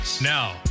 Now